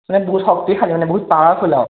সিহঁত বহুত শক্তিশালী মানে বহুত পাৱাৰফুল আৰু